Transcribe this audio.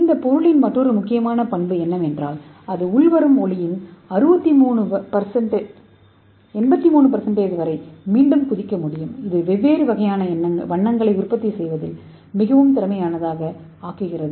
இந்த பொருளின் மற்றொரு முக்கியமான பண்பு என்னவென்றால் அது உள்வரும் ஒளியின் 83 வரை திருப்பி அனுப்ப முடியும் இது வெவ்வேறு வகையான வண்ணங்களை உற்பத்தி செய்வதில் மிகவும் திறமையானதாக ஆக்குகிறது